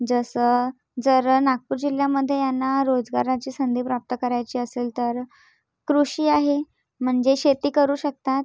जसं जर नागपूर जिल्ह्यामध्ये यांना रोजगाराची संधी प्राप्त करायची असेल तर कृषी आहे म्हणजे शेती करू शकतात